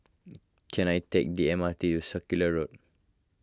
can I take the M R T to Circular Road